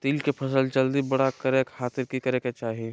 तिल के फसल जल्दी बड़े खातिर की करे के चाही?